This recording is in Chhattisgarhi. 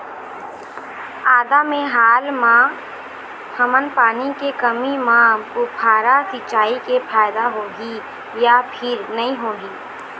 आदा मे हाल मा हमन पानी के कमी म फुब्बारा सिचाई मे फायदा होही या फिर नई होही?